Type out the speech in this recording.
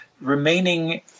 remaining